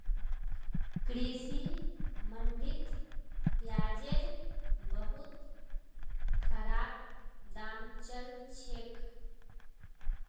कृषि मंडीत प्याजेर बहुत खराब दाम चल छेक